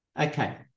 Okay